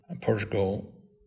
Portugal